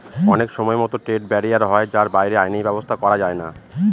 অনেক সময়তো trade barrier হয় যার বাইরে আইনি ব্যাবস্থা করা যায়না